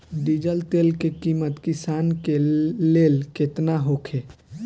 Diesel तेल के किमत किसान के लेल केतना होखे?